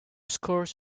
scores